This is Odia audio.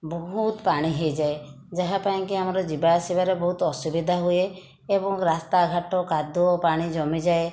ବହୁତ ପାଣି ହୋଇଯାଏ ଯାହା ପାଇଁକି ଆମର ଯିବା ଆସିବାରେ ବହୁତ ଅସୁବିଧା ହୁଏ ଏବଂ ରାସ୍ତା ଘାଟ କାଦୁଅ ପାଣି ଜମି ଯାଏ